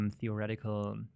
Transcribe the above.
theoretical